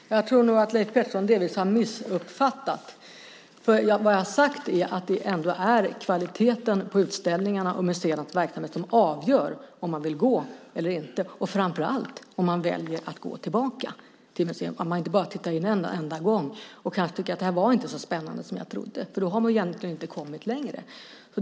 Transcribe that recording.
Herr talman! Jag tror nog att Leif Pettersson delvis har missuppfattat detta. Vad jag har sagt är att det är kvaliteten på utställningarna och museernas verksamhet som avgör om man vill gå till ett museum eller inte, och framför allt om man väljer att gå tillbaka, att man inte bara tittar in en enda gång och kanske tycker att det inte var så spännande som man trodde. Då har vi egentligen inte kommit längre.